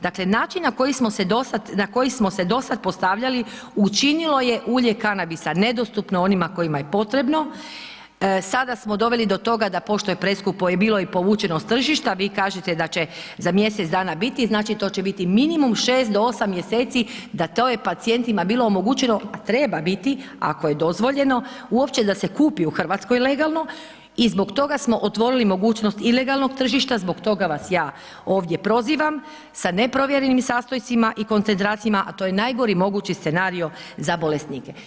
Dakle, način na koji smo se do sad postavljali, učinilo je ulje kanabisa nedostupno onima kojima je potrebno sada smo doveli do toga da pošto je preskupo je bilo i povućeno s tržišta, vi kažete da će za mjesec dana biti, znači to će biti minimum 6 do 8 mjeseci da to je pacijentima bilo omogućeno, a treba biti ako je dozvoljeno uopće da se kupi u Hrvatskoj legalno i zbog toga smo otvorili mogućnost ilegalnog tržišta zbog toga vas ja ovdje prozivam sa neprovjerenim sastojcima i koncentracijama, a to je najgori mogući scenario za bolesnike.